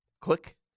click